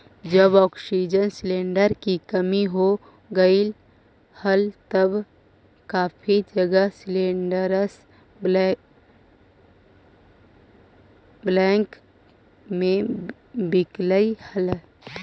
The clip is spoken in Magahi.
जब ऑक्सीजन सिलेंडर की कमी हो गईल हल तब काफी जगह सिलेंडरस ब्लैक में बिकलई हल